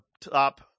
top